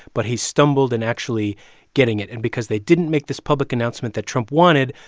but he stumbled in actually getting it. and because they didn't make this public announcement that trump wanted,